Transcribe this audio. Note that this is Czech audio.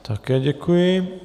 Také děkuji.